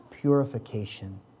purification